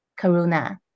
Karuna